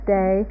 day